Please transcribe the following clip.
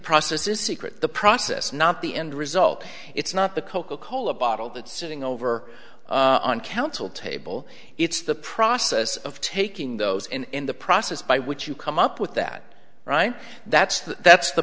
process is secret the process not the end result it's not the coca cola bottle that sitting over on counsel table it's the process of taking those in in the process by which you come up with that right that's the that's the